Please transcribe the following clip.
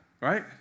right